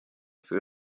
für